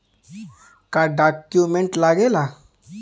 का डॉक्यूमेंट लागेला?